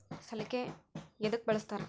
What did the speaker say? ಸಲಿಕೆ ಯದಕ್ ಬಳಸ್ತಾರ?